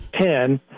Ten